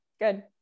good